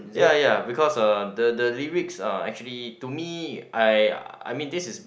ya ya because uh the the lyrics uh actually to me I I mean this is